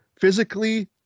Physically